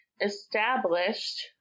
established